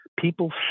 people